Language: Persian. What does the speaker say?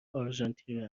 آرژانتین